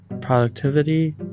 productivity